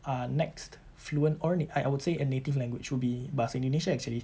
uh next fluent or na~ I would say a native language would be bahasa indonesia actually